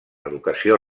educació